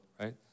right